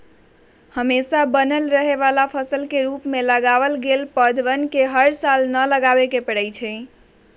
हमेशा बनल रहे वाला फसल के रूप में लगावल गैल पौधवन के हर साल न लगावे पड़ा हई